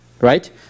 Right